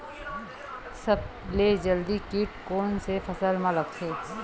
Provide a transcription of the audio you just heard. सबले जल्दी कीट कोन से फसल मा लगथे?